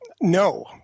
No